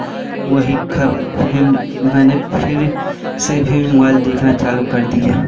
वही खम फिर मैंने फिर से फिर मोबाईल देखना चालू कर दिया